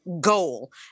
goal